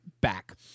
back